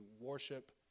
worship